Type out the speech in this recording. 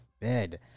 bed